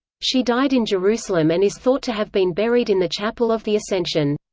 she died in jerusalem and is thought to have been buried in the chapel of the ascension.